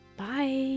Bye